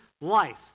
life